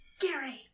Gary